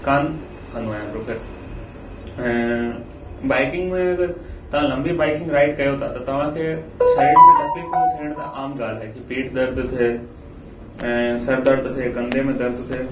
कोन कंदो आहियां प्रिफर ऐं बाइकिंग में अगरि तव्हां लंबी बाइकिंग राईड कयो था त तव्हांखे साईड में तकलीफ़ू थियण त आम ॻाल्हि आहे की पीठ दर्द थिए ऐं सरदर्द थिए कंधे में दर्द थिए